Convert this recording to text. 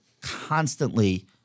constantly